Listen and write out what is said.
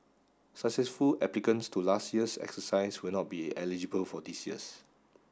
successful applicants to last year's exercise will not be eligible for this year's